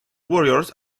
warriors